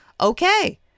okay